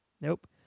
Nope